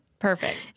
Perfect